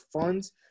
funds